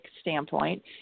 standpoint